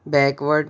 backward